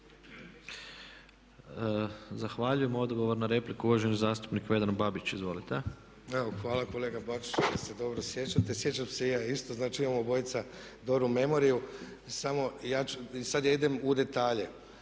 Zahvaljujem. Odgovor na repliku uvaženi zastupnik Vedran Babić, izvolite. **Babić, Vedran (SDP)** Evo hvala kolega Bačiću što se dobro sjećate. Sjećam se i ja isto. Znači imamo obojica dobru memoriju. Samo ja sad idem u detalje.